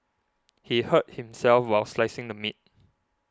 he hurt himself while slicing the meat